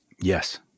yes